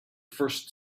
first